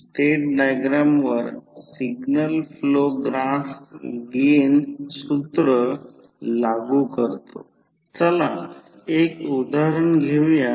याचा अर्थ येथे प्रत्यक्षात एक व्होल्ट आहे हा सप्लाय व्होल्टेज आहे तरीही आयडियल ट्रान्सफॉर्मरसाठी व्होल्टेज तयार केले जाईल